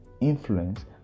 influence